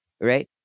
Right